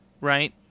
right